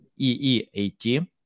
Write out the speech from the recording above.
EEAT